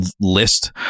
list